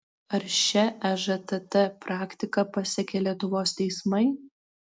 ar šia ežtt praktika pasekė lietuvos teismai